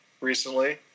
recently